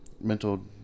mental